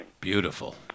Beautiful